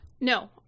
no